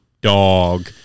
Dog